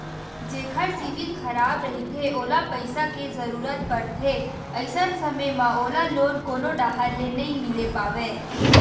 जेखर सिविल खराब रहिथे ओला पइसा के जरूरत परथे, अइसन समे म ओला लोन कोनो डाहर ले नइ मिले पावय